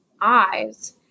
eyes